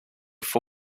for